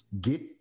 get